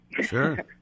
Sure